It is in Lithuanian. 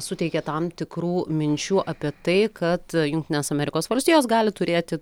suteikė tam tikrų minčių apie tai kad jungtinės amerikos valstijos gali turėti